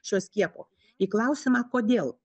šio skiepo į klausimą kodėl